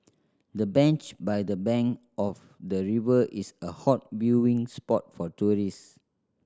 the bench by the bank of the river is a hot viewing spot for tourists